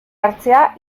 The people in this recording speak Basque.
hartzea